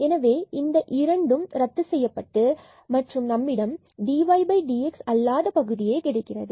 எனவே இந்த இரண்டு இரண்டும் ரத்து செய்யப்பட்டு மற்றும் நம்மிடம் dydx அல்லாத பகுதி கிடைக்கிறது